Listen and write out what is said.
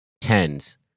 tens